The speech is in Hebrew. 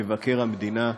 מבקר המדינה ואחרים,